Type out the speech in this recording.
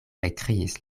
ekkriis